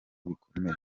bikomeye